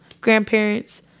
grandparents